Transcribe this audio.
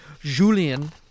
Julian